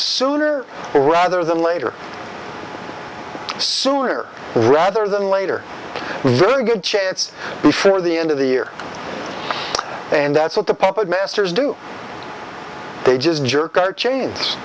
sooner rather than later sooner rather than later very good chance before the end of the year and that's what the puppet masters do they just jerk our cha